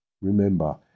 Remember